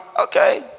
Okay